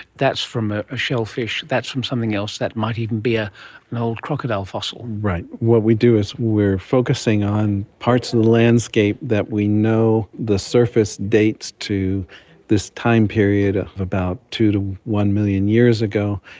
that's from a ah shellfish, that's from something else, that might even be ah an old crocodile fossil. right. what we do is we are focusing on parts of the landscape that we know the surface dates to this time period ah of about two million to one million years ago,